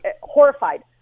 horrified